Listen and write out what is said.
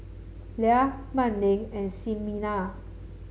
Lia Manning and Ximena